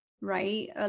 right